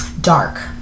dark